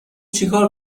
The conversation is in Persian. چیکار